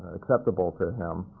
acceptable to him,